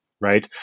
right